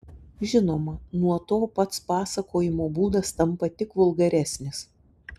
žinoma nuo to pats pasakojimo būdas tampa tik vulgaresnis